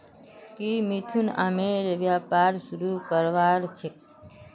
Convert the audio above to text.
की मिथुन आमेर व्यापार शुरू करवार छेक